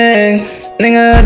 Nigga